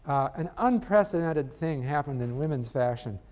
an unprecedented thing happened in women's fashion,